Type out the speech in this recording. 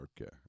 Okay